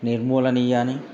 निर्मूलनीयानि